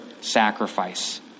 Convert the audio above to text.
sacrifice